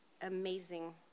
amazing